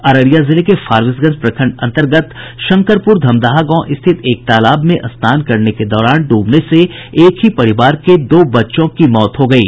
अररिया जिले के फारबिसगंज प्रखंड अन्तर्गत शंकरपुर धमदाहा गांव स्थित एक तालाब में स्नान करने के दौरान डूबने से एक ही परिवार के दो बच्चों की मौत हो गयी